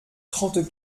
trente